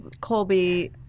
Colby